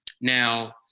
now